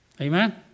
Amen